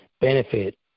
benefit